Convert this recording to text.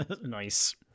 nice